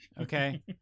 Okay